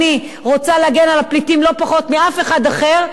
אני רוצה להגן על הפליטים לא פחות מאף אחד אחר.